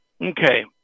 Okay